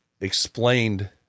explained